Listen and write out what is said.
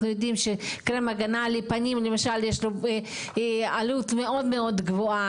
אנחנו יודעים שלקרם הגנה לפנים למשל יש לו עלות מאוד מאוד גבוהה,